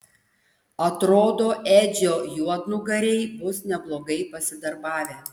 atrodo edžio juodnugariai bus neblogai pasidarbavę